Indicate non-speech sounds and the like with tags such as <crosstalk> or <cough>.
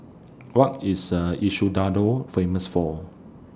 What IS <hesitation> Ecuador Famous For